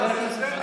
חבר הכנסת,